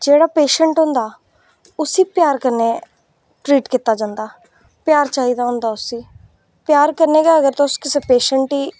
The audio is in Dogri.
जेह्ड़ा पेशैंट होंदा उसी प्यार कन्नै ट्रीट कीता जंदा प्यार चाहिदा होंदा उसी प्यार कन्नै गै अगर तुस कुसै पेशैंट गी